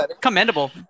commendable